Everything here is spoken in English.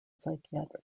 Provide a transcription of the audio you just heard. psychiatric